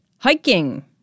Hiking